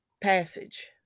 passage